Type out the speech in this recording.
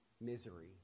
misery